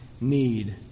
need